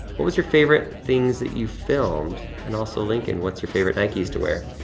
what was your favorite things that you filmed? and also, lincoln, what's your favorite nikes to wear?